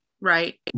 right